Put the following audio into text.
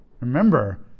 Remember